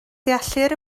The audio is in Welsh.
deallir